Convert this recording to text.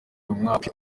umwaka